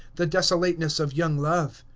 the desolateness of young love?